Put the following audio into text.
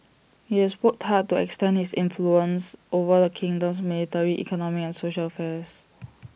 he has worked hard to extend his influence over the kingdom's military economic and social affairs